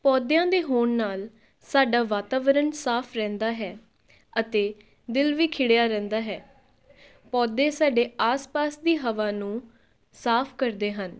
ਪੌਦਿਆਂ ਦੇ ਹੋਣ ਨਾਲ ਸਾਡਾ ਵਾਤਾਵਰਣ ਸਾਫ ਰਹਿੰਦਾ ਹੈ ਅਤੇ ਦਿਲ ਵੀ ਖਿੜਿਆ ਰਹਿੰਦਾ ਹੈ ਪੌਦੇ ਸਾਡੇ ਆਸ ਪਾਸ ਦੀ ਹਵਾ ਨੂੰ ਸਾਫ ਕਰਦੇ ਹਨ